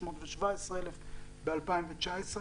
ל-617,000 ב-2019,